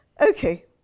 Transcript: Okay